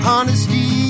Honesty